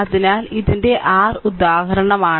അതിനാൽ ഇത് r ഉദാഹരണമാണ്